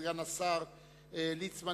סגן השר ליצמן,